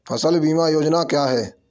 फसल बीमा योजना क्या है?